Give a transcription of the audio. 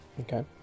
Okay